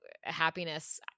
happiness